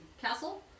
castle